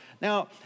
Now